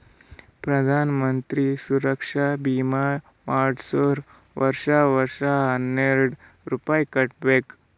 ಪ್ರಧಾನ್ ಮಂತ್ರಿ ಸುರಕ್ಷಾ ಭೀಮಾ ಮಾಡ್ಸುರ್ ವರ್ಷಾ ವರ್ಷಾ ಹನ್ನೆರೆಡ್ ರೂಪೆ ಕಟ್ಬಬೇಕ್